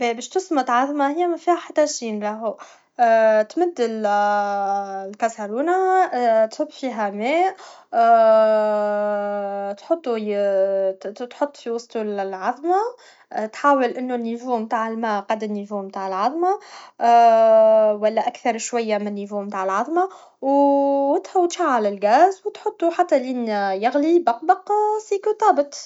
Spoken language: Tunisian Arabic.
باش تسمط عضمة هي مفيها حت شي راهو تمد تمد لكاسارونا تصب فيها ما تحطو تحط في وسطو العضمه تحاول انو النيفو نتاع لما قد نيفو نتاع لعضمه و لا اكثر شوي من النيفو نتاع العضمة و تشعل لغاز و تحطو حتى لين يغلي يبقبق سيكو طابت